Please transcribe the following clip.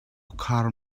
khar